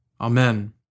Amen